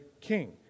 king